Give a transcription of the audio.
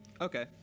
Okay